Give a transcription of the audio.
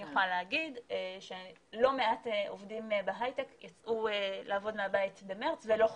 אני יכולה להגיד שלא מעט עובדים בהייטק יצאו לעבוד מהבית במרץ ולא חזרו,